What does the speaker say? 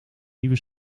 nieuwe